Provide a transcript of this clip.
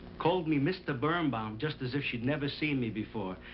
called me mr. birnbaum, just as if she'd never seen me before.